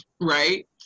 right